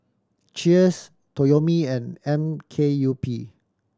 Cheers Toyomi and M K U P